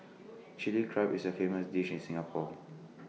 Chilli Crab is A famous dish in Singapore